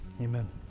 Amen